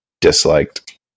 disliked